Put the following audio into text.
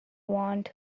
want